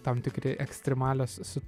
tam tikri ekstremalios su